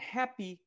happy